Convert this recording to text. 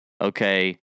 okay